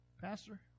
Pastor